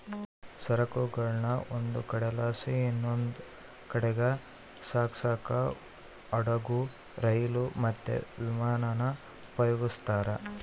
ಸರಕುಗುಳ್ನ ಒಂದು ಕಡೆಲಾಸಿ ಇನವಂದ್ ಕಡೀಗ್ ಸಾಗ್ಸಾಕ ಹಡುಗು, ರೈಲು, ಮತ್ತೆ ವಿಮಾನಾನ ಉಪಯೋಗಿಸ್ತಾರ